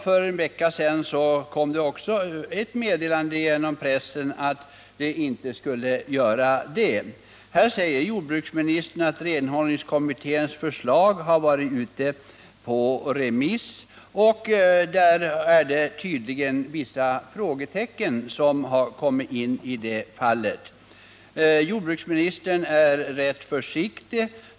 För en vecka sedan kom det ett meddelande genom pressen att det inte skulle komma något förslag till riksdagen i höst. Jordbruksministern säger nu att renhållningskommitténs förslag har varit ute på remiss, och remissyttrandena har tydligen gjort att man satt vissa frågetecken för utredningens förslag. Jordbruksministern är rätt försiktig.